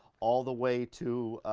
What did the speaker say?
all the way to